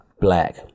black